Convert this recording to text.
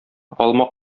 алма